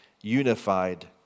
unified